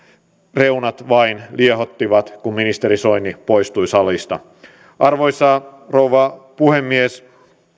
reunat vain liehottivat kun ministeri soini poistui salista arvoisa rouva puhemies